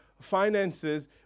finances